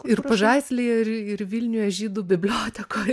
ir pažaislyje ir ir vilniuje žydų bibliotekoj